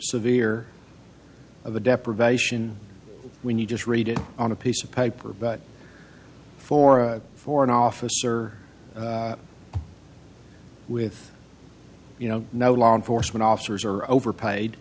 severe of a deprivation when you just read it on a piece of paper but for a foreign officer with you know no law enforcement officers are overpaid